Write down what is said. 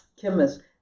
chemists